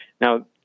Now